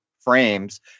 frames